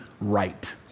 right